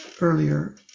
earlier